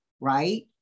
right